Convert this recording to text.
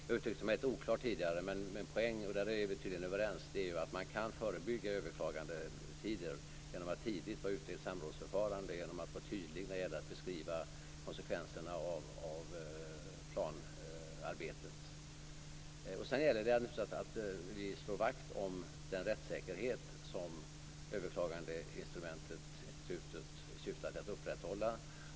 Jag uttryckte mig lite oklart tidigare, men poängen är - och om det är vi tydligen överens - att man kan förebygga överklagandetider genom att tidigt vara ute i ett samrådsförfarande och genom att vara tydlig när det gäller att beskriva konsekvenserna av planarbetet. Vidare gäller det naturligtvis att slå vakt om den rättssäkerhet som överklagandeinstitutet syftar till att upprätthålla.